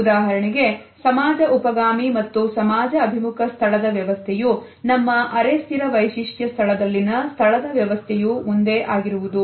ಉದಾಹರಣೆಗೆ ಸಮಾಜ ಉಪಗಾಮಿ ಮತ್ತು ಸಮಾಜ ಅಭಿಮುಖ ಸ್ಥಳದ ವ್ಯವಸ್ಥೆಯು ನಮ್ಮ ಅರೆ ಸ್ಥಿರ ವೈಶಿಷ್ಟ್ಯ ಸ್ಥಳದಲ್ಲಿನ ಸ್ಥಳದ ವ್ಯವಸ್ಥೆಯು ಒಂದೇ ಆಗಿರುವುದು